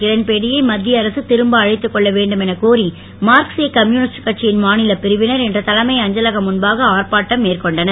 கிரண்பேடி யை மத்திய அரசு திரும்ப அழைத்துக்கொள்ள வேண்டுமெனக் கோரி மார்க்சீய கம்யூனிஸ்ட் கட்சியின் மாநிலப் பிரிவினர் இன்று தலைமை அஞ்சலகம் முன்பாக அர்ப்பாட்டம் மேற்கொண்டனர்